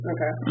Okay